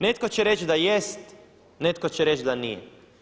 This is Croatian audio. Netko će reći da jest, netko će reći da nije.